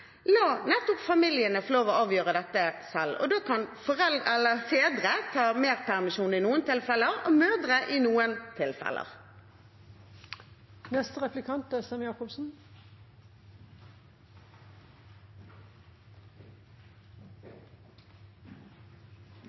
familiene få lov til å avgjøre dette selv, og da kan fedre ta mer permisjon i noen tilfeller, og mødre i noen tilfeller.